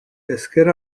ezker